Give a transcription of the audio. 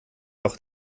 auch